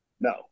No